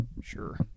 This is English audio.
Sure